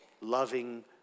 loving